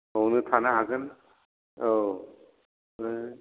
बावनो थानो हागोन औ ओमफ्राय